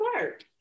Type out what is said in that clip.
work